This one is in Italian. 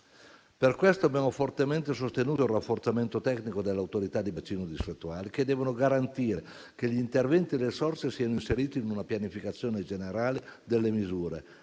Per questo abbiamo fortemente sostenuto il rafforzamento tecnico delle autorità di bacino distrettuali che devono garantire che gli interventi e le risorse siano inseriti in una pianificazione generale delle misure.